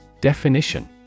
Definition